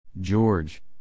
George